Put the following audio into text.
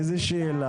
איזה שאלה,